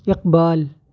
Iqbal